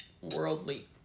worldly